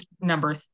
number